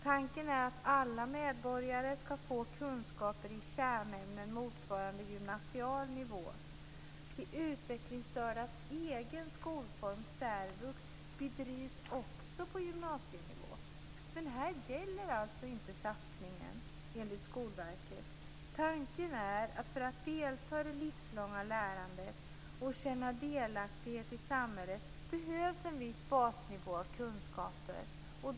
Tanken är att alla medborgare ska få kunskaper i kärnämnen motsvarande gymnasial nivå. De utvecklingsstördas egen skolform, särvux, bedrivs också på gymnasienivå, men här gäller enligt Skolverket inte satsningen. Tanken är att för att delta i det livslånga lärandet och känna delaktighet i samhället behövs en viss basnivå av kunskaper.